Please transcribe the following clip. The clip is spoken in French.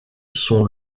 sont